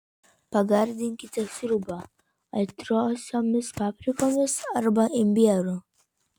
pagardinkite sriubą aitriosiomis paprikomis arba imbieru